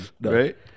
Right